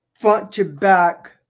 front-to-back